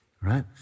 right